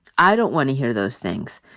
i don't want to hear those things.